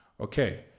Okay